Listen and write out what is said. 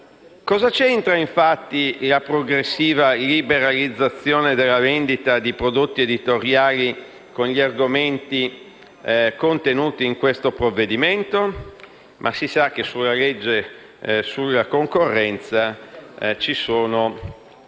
Cosa c'entra, infatti, la progressiva liberalizzazione della vendita dei prodotti editoriali con gli altri argomenti contenuti in questo provvedimento? Si sa che sulla legge sulla concorrenza ci sono